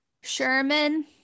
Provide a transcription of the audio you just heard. Sherman